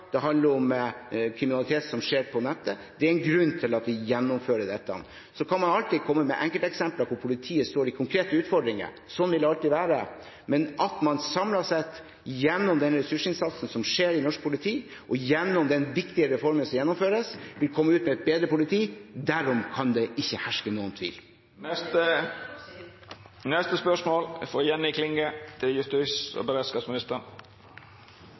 kriminalitet som skjer på nettet. Det er en grunn til at vi gjennomfører dette. Man kan alltids komme med enkelteksempler der politiet står i konkrete utfordringer. Sånn vil det alltid være. Men at man samlet sett, gjennom denne ressursinnsatsen i norsk politi og gjennom den viktige reformen som gjennomføres, vil komme ut med et bedre politi, derom kan det ikke herske noen tvil.